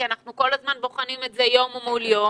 אנחנו כל הזמן בוחנים את זה יום מול יום.